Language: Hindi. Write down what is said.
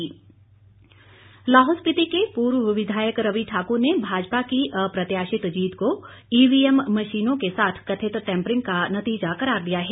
रवि ठाकुर लाहौल स्पिति के पूर्व विधायक रवि ठाकुर ने भाजपा की अप्रत्याशित जीत को ईवीएम मशीनों के साथ कथित टैम्परिंग का नतीजा करार दिया है